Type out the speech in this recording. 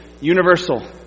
universal